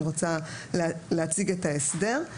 אני רוצה להציג את ההסדר: